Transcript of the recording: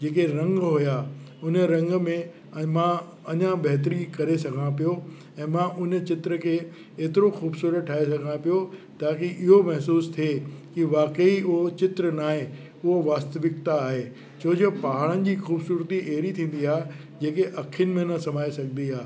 जेके रंग हुया उन रंग में ऐं मां अञा बहितरीन करे सघां पियो ऐं मां उन चित्र खे एतिरो ख़ूबसूरत ठाहे सघां पियो ताकी इहो महिसूसु थिए कि वाकई उहो चित्र न आहे उहो वास्तविकता आहे छो जे पहाड़नि जी ख़ूबसूरती अहिड़ी थींदी आहे जेके अखियुनि में न समाए सघंदी आहे